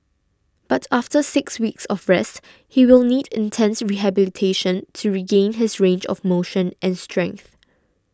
but after six weeks of rest he will need intense rehabilitation to regain his range of motion and strength